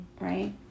right